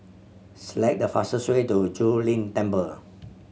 select the fastest way to Zu Lin Temple